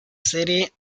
serie